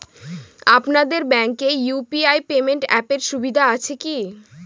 আপনাদের ব্যাঙ্কে UPI payment অ্যাপের সুবিধা আছে কি?